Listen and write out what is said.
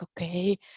okay